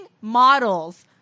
models